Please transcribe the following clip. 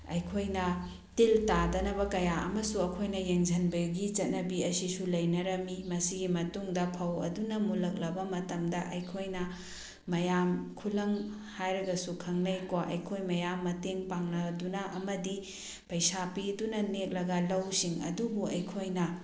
ꯑꯩꯈꯣꯏꯅ ꯇꯤꯜ ꯇꯥꯗꯅꯕ ꯀꯌꯥ ꯑꯃꯁꯨ ꯑꯩꯈꯣꯏꯅ ꯌꯦꯡꯁꯤꯟꯕꯒꯤ ꯆꯠꯅꯕꯤ ꯑꯁꯤꯁꯨ ꯂꯩꯅꯔꯝꯃꯤ ꯃꯁꯤꯒꯤ ꯃꯇꯨꯡꯗ ꯐꯧ ꯑꯗꯨꯅ ꯃꯨꯜꯂꯛꯂꯕ ꯃꯇꯝꯗ ꯑꯩꯈꯣꯏꯅ ꯃꯌꯥꯝ ꯈꯨꯂꯪ ꯍꯥꯏꯔꯒꯁꯨ ꯈꯪꯅꯩ ꯀꯣ ꯑꯩꯈꯣꯏ ꯃꯌꯥꯝ ꯃꯇꯦꯡ ꯄꯥꯡꯅꯗꯨꯅ ꯑꯃꯗꯤ ꯄꯩꯁꯥ ꯄꯤꯗꯨꯅ ꯅꯦꯛꯂꯒ ꯂꯧꯁꯤꯡ ꯑꯗꯨꯕꯨ ꯑꯩꯈꯣꯏꯅ